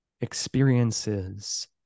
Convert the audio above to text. experiences